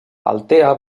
altea